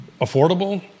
affordable